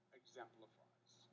exemplifies